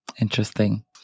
interesting